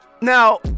Now